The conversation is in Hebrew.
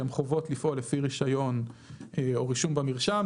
שהם חובות לפעול לפי רישיון או רישום במרשם.